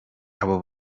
abo